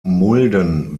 mulden